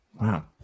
Wow